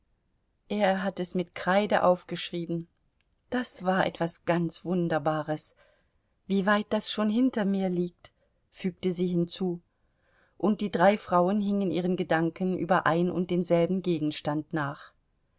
er hat es mit kreide aufgeschrieben das war etwas ganz wunderbares wie weit das schon hinter mir liegt fügte sie hinzu und die drei frauen hingen ihren gedanken über ein und denselben gegenstand nach